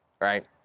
Right